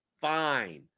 Fine